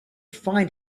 find